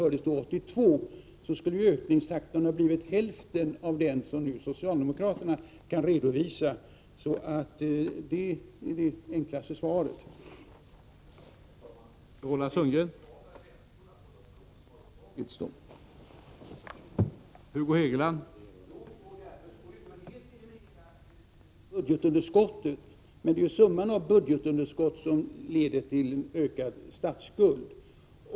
Herr talman! Jo, därmed skulle man kunna helt eliminera budgetunderskottet. Men det är summan av budgetunderskotten som leder till en ökad statsskuld.